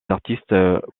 artistes